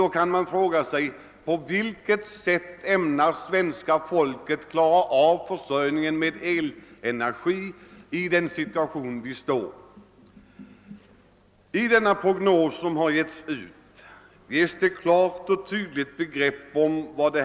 På vilket sätt skall vi då klara svenska folkets försörjning med elenergi? Den prognos som har publicerats ger en klar uppfattning om behovet.